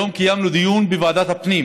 היום קיימנו דיון בוועדת הפנים